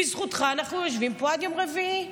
בזכותך אנחנו יושבים פה עד יום רביעי.